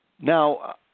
Now